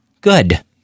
Good